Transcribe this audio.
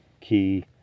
key